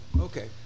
Okay